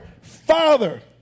Father